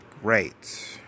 Great